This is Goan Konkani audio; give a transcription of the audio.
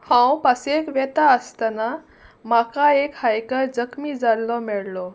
हांव पासयेक वता आसतना म्हाका एक हायकर जखमी जाल्लो मेळ्ळो